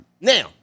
Now